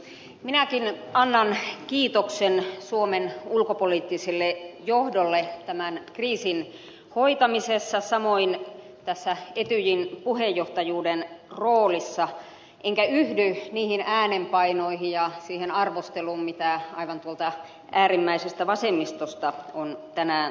minäkin annan kiitoksen suomen ulkopoliittiselle johdolle tämän kriisin hoitamisessa samoin tässä etyjin puheenjohtajuuden roolissa enkä yhdy niihin äänenpainoihin ja siihen arvosteluun mitä aivan tuolta äärimmäisestä vasemmistosta on tänään tullut